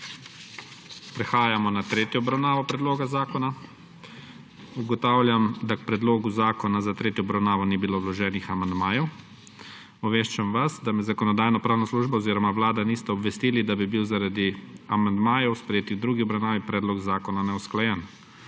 Prehajamo na tretjo obravnavo predloga zakona. Ugotavljam, da k predlogu zakona za tretjo obravnavo ni bilo vloženih amandmajev. Obveščam vas, da me Zakonodajno-pravna služba oziroma Vlada nista obvestili, da bi bil zaradi amandmajev, sprejetih v drugi obravnavi, predlog zakona neusklajen.